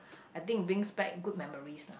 I think it brings back good memories lah